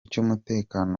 cy’umutekano